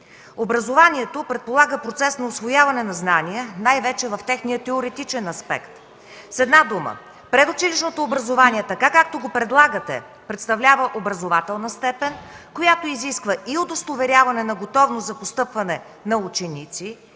Образованието предполага процес на усвояване на знания най-вече в техния теоретичен аспект. С една дума, предучилищното образование, както го предлагате, представлява образователна степен, която изисква и удостоверяване на готовност за постъпване на ученици,